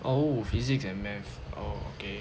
oh physics and math oh okay